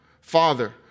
Father